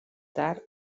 tard